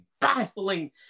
baffling